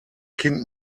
kind